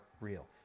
real